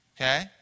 Okay